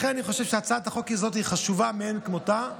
לכן אני חושב שהצעת החוק הזאת היא חשובה מאין כמותה,